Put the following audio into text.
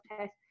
test